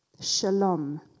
Shalom